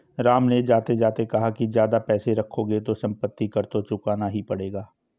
राम ने जाते जाते कहा कि ज्यादा पैसे रखोगे तो सम्पत्ति कर तो चुकाना ही पड़ेगा